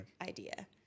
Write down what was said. idea